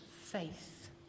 faith